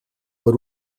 per